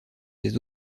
des